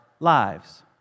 lives